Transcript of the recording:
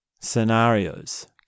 scenarios